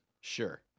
Sure